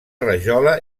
rajola